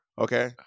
okay